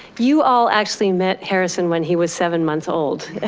you all actually met harrison when he was seven months old.